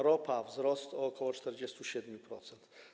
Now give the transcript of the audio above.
Ropa - wzrost o ok. 47%.